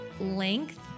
length